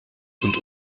und